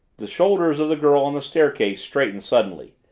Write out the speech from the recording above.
the shoulders of the girl on the staircase straightened suddenly.